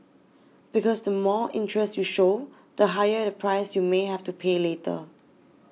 because the more interest you show the higher the price you may have to pay later